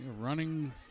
Running